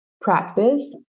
practice